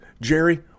Jerry